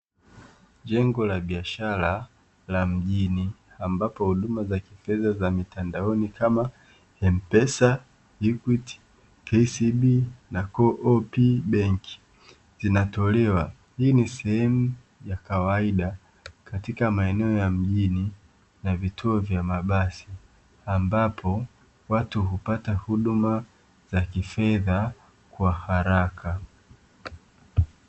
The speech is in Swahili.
Jengo la biashara la mjini, ambapo huduma za kifedha za mitandaoni kama "Mpesa, Equity, KCB na CO-OP Bank" zinatolewa. Hii ni sehemu ya kawaida katika maeneo ya mjini na vituo vya mabasi, ambapo watu hupata huduma za kifedha kwa haraka.